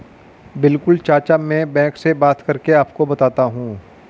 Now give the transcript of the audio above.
बिल्कुल चाचा में बैंक से बात करके आपको बताता हूं